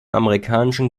amerikanischen